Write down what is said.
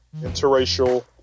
interracial